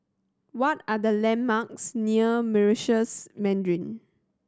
what are the landmarks near Meritus Mandarin